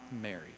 married